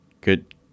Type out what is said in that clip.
good